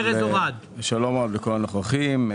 שלום רב לכל הנוכחים,